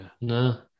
No